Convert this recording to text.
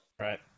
Right